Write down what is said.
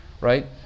right